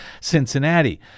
Cincinnati